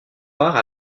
part